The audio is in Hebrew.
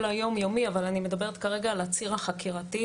היום-יומי אבל אני מדברת כרגע על הציר החקירתי.